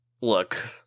Look